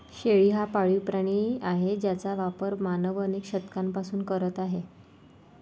शेळी हा पाळीव प्राणी आहे ज्याचा वापर मानव अनेक शतकांपासून करत आहे